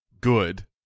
good